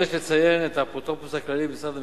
עוד יש לציין את האפוטרופוס הכללי במשרד המשפטים,